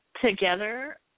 together